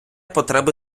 потреби